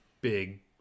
big